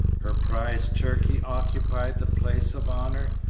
her prize turkey occupied the place of honor,